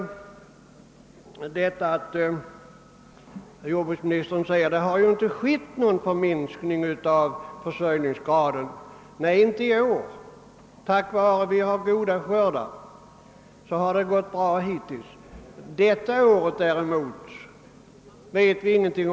Jordbruksministern säger vidare att någon minskning av försörjningsgraden inte skett. Nej, inte än så länge. Tack vare att vi har haft goda skördar har det hittills gått bra. Om detta år vet vi däremot ingenting.